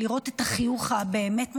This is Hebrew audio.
לראות את החיוך, הבאמת מזעזע,